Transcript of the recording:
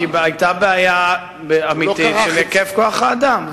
היתה בעיה אמיתית בהיקף כוח-האדם,